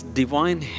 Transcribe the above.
divine